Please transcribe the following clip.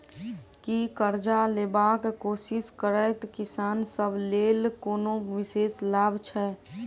की करजा लेबाक कोशिश करैत किसान सब लेल कोनो विशेष लाभ छै?